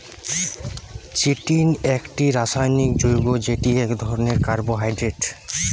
chitin একটি রাসায়নিক যৌগ্য যেটি এক ধরণের কার্বোহাইড্রেট